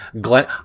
Glenn